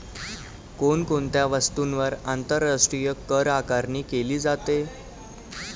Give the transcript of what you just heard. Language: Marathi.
कोण कोणत्या वस्तूंवर आंतरराष्ट्रीय करआकारणी केली जाते?